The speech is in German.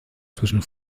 zwischen